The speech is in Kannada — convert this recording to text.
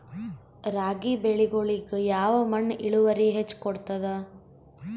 ರಾಗಿ ಬೆಳಿಗೊಳಿಗಿ ಯಾವ ಮಣ್ಣು ಇಳುವರಿ ಹೆಚ್ ಕೊಡ್ತದ?